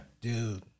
Dude